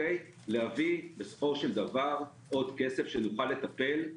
להביא עוד כסף שנוכל לטפל.